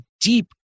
deep